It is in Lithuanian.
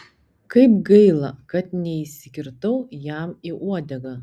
kaip gaila kad neįsikirtau jam į uodegą